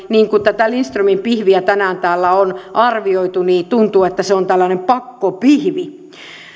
kun tätä lindströmin pihviä tänään täällä on arvioitu niin tuntuu että se on tällainen pakkopihvi